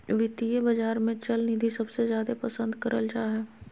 वित्तीय बाजार मे चल निधि सबसे जादे पसन्द करल जा हय